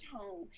home